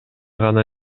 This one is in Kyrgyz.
гана